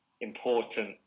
important